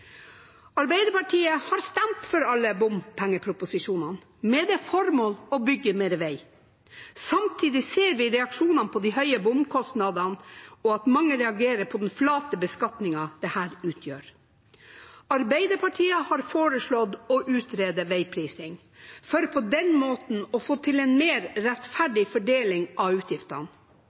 Arbeiderpartiet har stemt for alle bompengeproposisjonene med det formål å bygge mer veg. Samtidig ser vi reaksjonene på de høye bomkostnadene og at mange reagerer på den flate beskatningen dette utgjør. Arbeiderpartiet har foreslått å utrede vegprising, for på den måten få til en mer rettferdig fordeling av utgiftene.